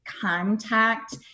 contact